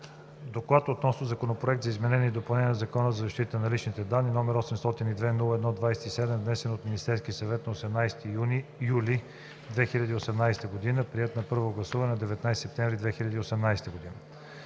„Доклад относно Законопроект за изменение и допълнение на Закона за защита на личните данни, № 802-01-27, внесен от Министерския съвет на 18 юли 2018 г., приет на първо гласуване на 19 септември 2018 г.